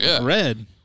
Red